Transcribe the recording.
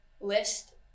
list